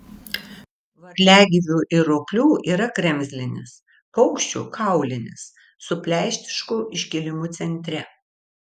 varliagyvių ir roplių yra kremzlinis paukščių kaulinis su pleištišku iškilimu centre